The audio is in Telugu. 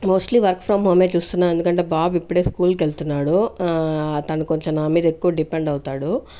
మోస్ట్లీ వర్క్ ఫ్రమ్ హోమ్ ఏ చూస్తున్నాను ఎందుకంటే బాబు ఇప్పుడే స్కూల్ కి వెళ్తున్నాడు ఆ తను కొంచెం నా మీద ఎక్కువ డిపెండ్ అవుతాడు